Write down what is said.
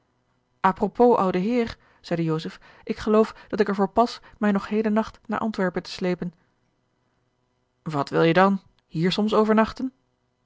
apropos oude heer zeide joseph ik geloof dat ik er voor pas mij nog heden nacht naar antwerpen te slepen wat wil je dan hier soms overnachten